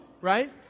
right